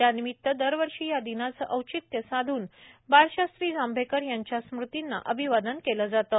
त्यानिमित्त दरवर्षी या दिनाचं औचित्य साधन बाळशास्त्री जांभेकर यांच्या स्मृतींना अभिवादन केलं जातं